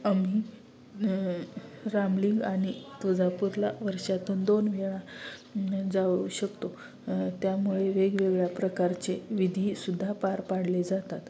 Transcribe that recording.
आम्ही रामलिंग आणि तुळजापूरला वर्षातून दोन वेळा जाऊ शकतो त्यामुळे वेगवेगळ्या प्रकारचे विधीसुद्धा पार पाडले जातात